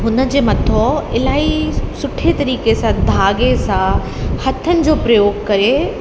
हुनजे मथां इलाही सुठे तरीक़े सां धाॻे सां हथनि जो प्रयोग करे